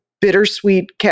bittersweet